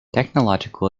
technological